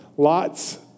Lots